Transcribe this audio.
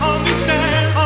Understand